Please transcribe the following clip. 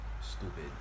stupid